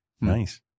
Nice